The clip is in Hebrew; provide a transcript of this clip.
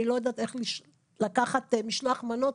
אני לא יודעת איך לקחת משלוח מנות,